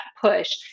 push